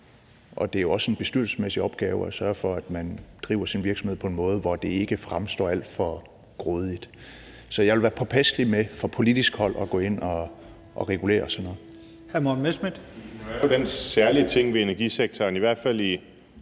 og det er også en bestyrelsesmæssig opgave at sørge for, at man driver sin virksomhed på en måde, hvor den ikke fremstår alt for grådig. Så jeg vil være påpasselig med fra politisk hold at gå ind og regulere sådan noget.